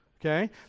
okay